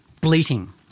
Bleating